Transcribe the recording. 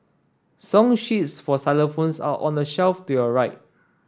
song sheets for xylophones are on the shelf to your right